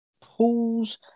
pools